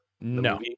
No